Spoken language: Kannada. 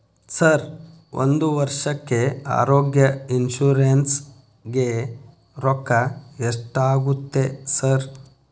ಸರ್ ಒಂದು ವರ್ಷಕ್ಕೆ ಆರೋಗ್ಯ ಇನ್ಶೂರೆನ್ಸ್ ಗೇ ರೊಕ್ಕಾ ಎಷ್ಟಾಗುತ್ತೆ ಸರ್?